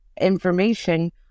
information